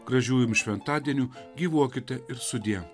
gražių jum šventadienių gyvuokite ir sudie